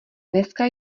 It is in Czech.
dneska